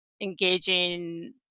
engaging